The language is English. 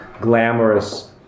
glamorous